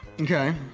Okay